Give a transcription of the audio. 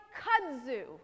kudzu